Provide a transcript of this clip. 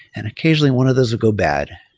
and occasionally, one of those would go bad,